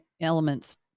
elements